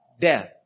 death